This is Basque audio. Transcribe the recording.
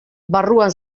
barruan